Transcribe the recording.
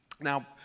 Now